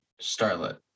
Starlet